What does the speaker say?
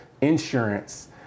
insurance